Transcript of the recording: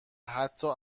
حتا